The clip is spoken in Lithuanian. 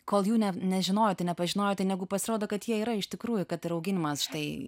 kol jų net nežinojote nepažinojote negu pasirodo kad jie yra iš tikrųjų kad ir auginimas štai